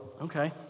Okay